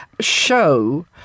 show